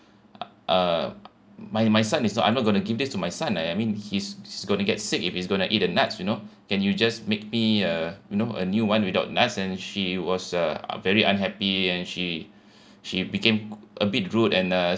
uh my my son is so I'm not going to give this to my son I I mean he's he's gonna get sick if he's gonna eat a nuts you know can you just make me a you know a new one without nuts and she was uh very unhappy and she she became a bit rude and uh